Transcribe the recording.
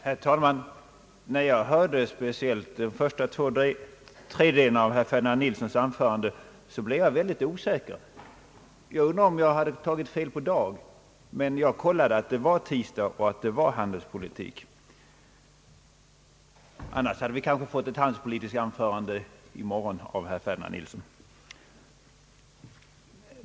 Herr talman! När jag hörde speciellt de första två tredjedelarna av herr Ferdinand Nilssons anförande, blev jag mycket osäker. Jag undrade om jag hade tagit fel på dag, men jag kollade att det var tisdag och att det var handelspolitik som vi debatterade. Annars hade vi kanske fått ett handelspolitiskt anförande i morgon av herr Ferdinand Nilsson!